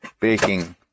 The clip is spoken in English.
baking